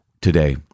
today